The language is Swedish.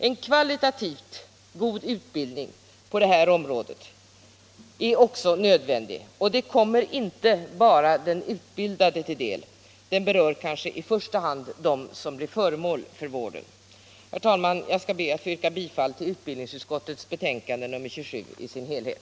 En kvalitativt god utbildning på det här området är också nödvändig, och den kommer inte bara den utbildade till del. Den berör kanske :'i första hand dem som blir föremål för vård. Herr talman! Jag ber att få yrka bifall till utskottets hemställan i dess helhet.